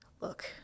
Look